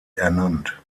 ernannt